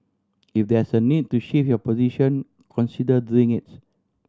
if there's need to shift your position consider doing it